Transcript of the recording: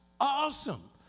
awesome